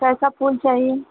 कैसा फूल चाहिए